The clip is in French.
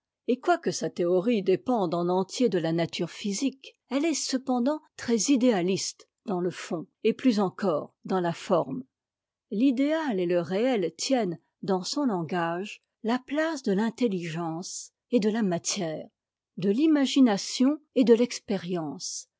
et quoique sa théorie dépende en entier de la nature physique elle est cependant très idéaliste dans te fond et plus encore dans la forme l'idéal et te réet tiennent dans son langage la place de l'intelligence et de la matière de l'imagination et de l'expérience